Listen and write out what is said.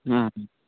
हां हां